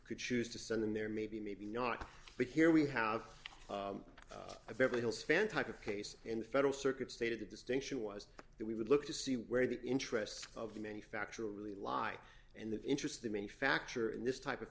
could choose to send them there maybe maybe not but here we have a beverly hills fan type of case and the federal circuit stated a distinction was that we would look to see where the interests of the manufacturer really lie and the interest of the manufacturer in this type of